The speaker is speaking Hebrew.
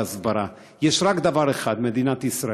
יש רק דבר אחד: מדינת ישראל.